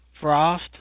Frost